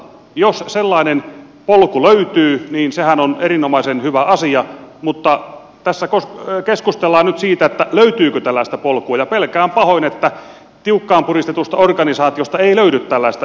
jos sellainen polku löytyy niin sehän on erinomaisen hyvä asia mutta tässä keskustellaan nyt siitä löytyykö tällaista polkua ja pelkään pahoin että tiukkaan puristetusta organisaatiosta ei löydy tällaista ylimääräistä